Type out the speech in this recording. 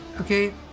Okay